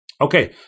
Okay